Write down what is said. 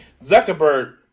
Zuckerberg